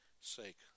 sake